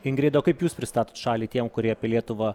ingrida o kaip jūs pristatot šalį tiem kurie apie lietuvą